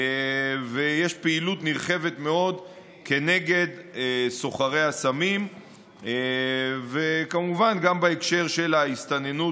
ויש פעילות נרחבת מאוד כנגד סוחרי הסמים וכמובן גם בהקשר של ההסתננות